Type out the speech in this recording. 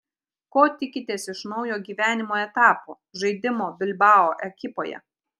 ko tikitės iš naujo gyvenimo etapo žaidimo bilbao ekipoje